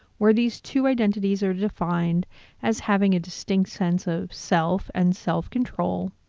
where these two identities are defined as having a distinct sense of self and self-control,